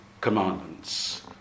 commandments